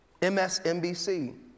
MSNBC